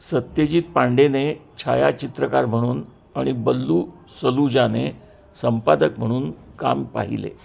सत्यजित पांडेने छायाचित्रकार म्हणून आणि बल्लू सलुजाने संपादक म्हणून काम पाहिले